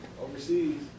overseas